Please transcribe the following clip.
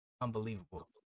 unbelievable